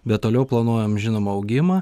bet toliau planuojam žinoma augimą